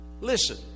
Listen